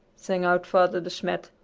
sang out father de smet.